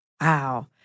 Wow